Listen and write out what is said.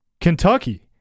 Kentucky